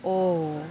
oh